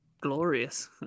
glorious